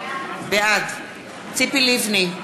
בעד ציפי לבני,